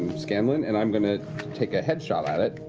scanlan, and i'm going to take a headshot at it.